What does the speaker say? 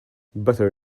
better